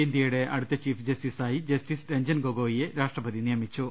ഇന്ത്യയുടെ അടുത്ത ചീഫ് ജസ്റ്റിസായി ജസ്റ്റിസ് രഞ്ജൻ ഗോഗോയിയെ രാഷ്ട്രപ്പതി നിയമിച്ചു